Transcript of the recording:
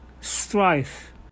strife